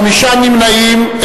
חמישה נמנעים,